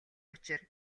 учир